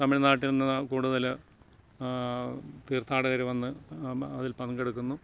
തമിഴ്നാട്ടിൽ നിന്ന് കൂടുതൽ തീർത്ഥാടകർ വന്ന് അതിൽ പങ്കെടുക്കുന്നു